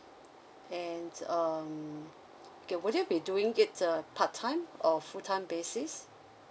and um okay would you be doing it uh part time or full time basis